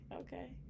okay